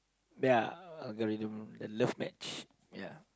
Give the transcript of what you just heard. ya algorithm the love match ya